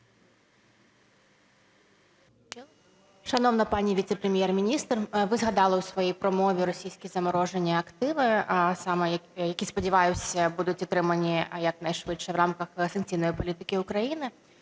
Шановна пані Віце-прем'єр-міністр, ви згадали у своїй промові російські заморожені активи, які, сподіваюся, будуть отримані якнайшвидше в рамках санкційної політики України.